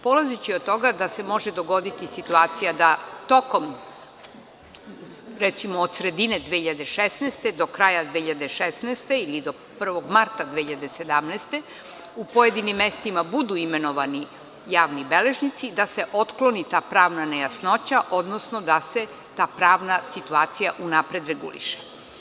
Polazeći od toga da se može dogoditi situacija da, recimo, od sredine 2016. do kraja 2016. ili do 1. marta 2017. godine, u pojedinim mestima budu imenovani javni beležnici, da se otkloni ta pravna nejasnoća, odnosno da se ta pravna situacija unapred reguliše.